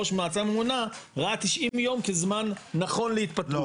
ראש מועצה ממונה ראה 90 יום כזמן נכון להתפטרות.